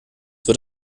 wird